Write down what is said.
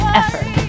effort